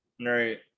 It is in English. right